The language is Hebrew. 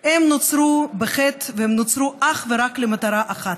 הם נוצרו בחטא, והם נוצרו אך ורק למטרה אחת: